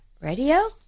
radio